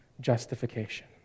justification